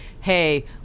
hey